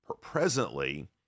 presently